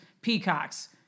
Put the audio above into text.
Peacocks